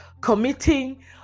committing